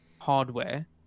hardware